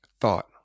thought